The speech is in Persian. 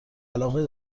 علاقه